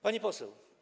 Pani Poseł!